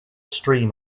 stream